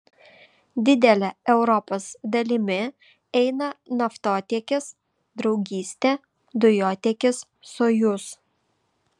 didele europos dalimi eina naftotiekis draugystė dujotiekis sojuz